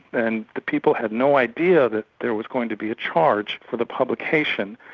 and the people had no idea that there was going to be a charge for the publication.